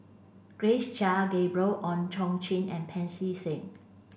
Grace Chia Gabriel Oon Chong Jin and Pancy Seng